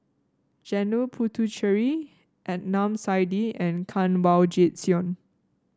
Janil Puthucheary Adnan Saidi and Kanwaljit Soin